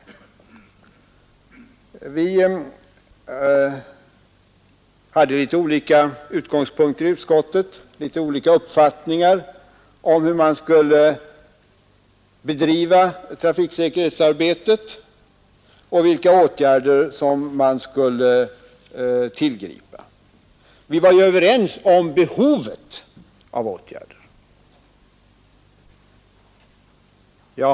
Vi hade i utskottet litet olika uppfattningar om hur trafiksäkerhetsarbetet skulle bedrivas och vilka åtgärder som skulle tillgripas, men vi var överens om behovet av åtgärder.